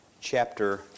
chapter